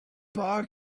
bar